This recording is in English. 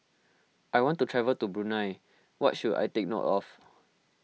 I want to travel to Brunei what should I take note of